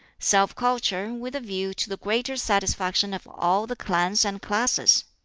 self-culture with a view to the greater satisfaction of all the clans and classes,